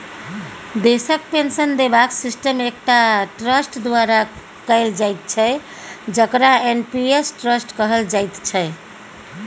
देशक पेंशन देबाक सिस्टम एकटा ट्रस्ट द्वारा कैल जाइत छै जकरा एन.पी.एस ट्रस्ट कहल जाइत छै